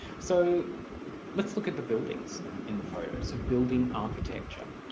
so let's look at the buildings in the photo so building architecture.